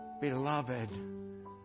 beloved